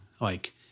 like-